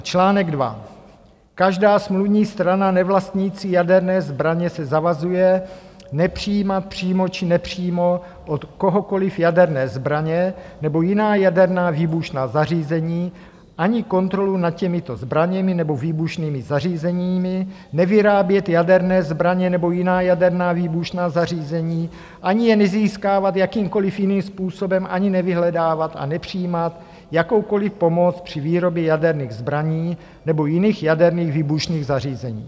Článek 2: Každá smluvní strana nevlastnící jaderné zbraně se zavazuje nepřijímat přímo či nepřímo od kohokoliv jaderné zbraně nebo jiná jaderná výbušná zařízení ani kontrolu nad těmito zbraněmi nebo výbušnými zařízeními, nevyrábět jaderné zbraně nebo jiná jaderná výbušná zařízení, ani je nezískávat jakýmkoliv jiným způsobem, ani nevyhledávat a nepřijímat jakoukoliv pomoc při výrobě jaderných zbraní nebo jiných jaderných výbušných zařízení.